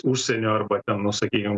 užsienio arba ten nu sakykim